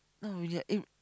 not really ah eh